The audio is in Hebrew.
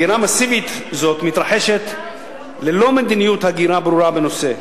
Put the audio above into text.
הגירה מסיבית זו מתרחשת ללא מדיניות הגירה בנושא,